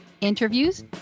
interviews